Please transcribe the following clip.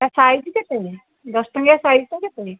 ତା' ସାଇଜ୍ କେତେ ଦଶ ଟଙ୍କିଆ ସାଇଜ୍ଟା କେତେ